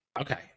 Okay